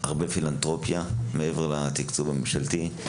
מעבר לתקצוב הממשלתי,